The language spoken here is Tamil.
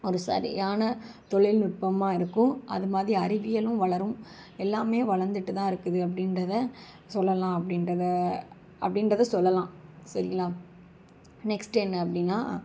ஒரு சரியான தொழில்நுட்பமா இருக்கும் அதுமாதிரி அறிவியலும் வளரும் எல்லாமே வளர்ந்துகிட்டுதான் இருக்குது அப்படின்றத சொல்லலாம் அப்படின்றத அப்படின்றத சொல்லலாம் சரிங்களா நெக்ஸ்ட்டு என்ன அப்படின்னா